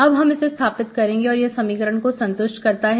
अब हम इसे स्थापित करेंगे और यह समीकरण को संतुष्ट करता है